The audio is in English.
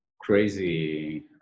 crazy